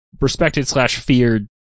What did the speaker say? respected-slash-feared